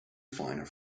finer